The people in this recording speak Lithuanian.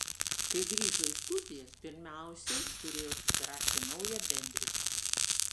kai grįžo į studijas pirmiausiai turėjo susirasti naują bendriką